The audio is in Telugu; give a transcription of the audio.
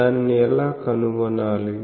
దానిని ఎలా కనుగొనాలి